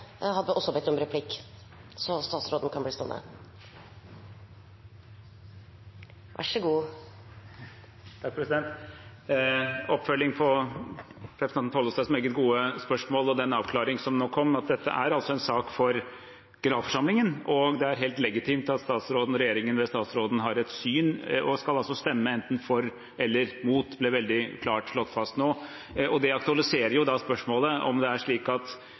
nå kom: at dette altså er en sak for generalforsamlingen, og at det er helt legitimt at statsråden, og regjeringen ved statsråden, har et syn og skal stemme enten for eller mot. Det ble veldig klart slått fast nå, og det aktualiserer spørsmålet – nå vet vi allerede at statsråden og regjeringen vil stemme for: Vil statsråden stemme for fordi det er i tråd med god skikk? Eller vil statsråden stemme for fordi statsråden mener det er et riktig valg, altså at